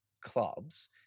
clubs